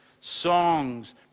songs